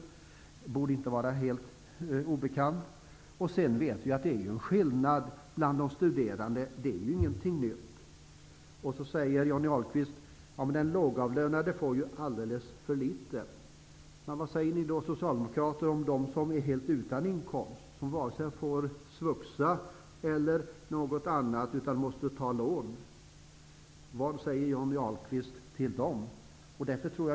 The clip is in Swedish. Det borde inte vara helt obekant. Vi vet att det finns skillnader bland de studerande. Det är ingenting nytt. Johnny Ahlqvist säger att den lågavlönade får alldeles för litet. Men vad säger då ni socialdemokrater om dem som är helt utan inkomst, som vare sig får SVUXA eller något annat utan måste ta lån? Vad säger Johnny Ahlqvist till dem?